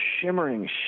shimmering